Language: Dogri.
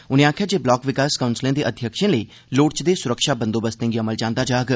उनें आखेआ जे ब्लाक विकास काउंसलें दे अध्यक्षें लेई लोड़चदे सुरक्षा बंदोबस्तें गी अमल च आंदा जाग